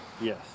Yes